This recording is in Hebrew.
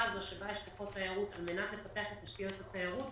הזו בה יש פחות תיירות על מנת לפתח את תשתיות התיירות.